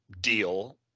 deal